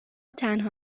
تنها